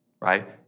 right